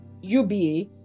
UBA